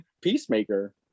peacemaker